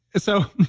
so,